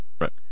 right